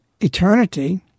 eternity